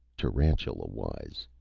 tarantula-wise.